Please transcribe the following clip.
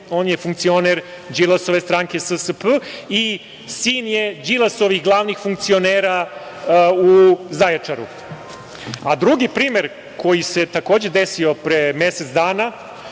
On je funkcioner Đilasove stranke SSP i sin je Đilasovih glavnih funkcionera u Zaječaru. Drugi primer koji se takođe desio pre mesec dana